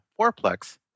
fourplex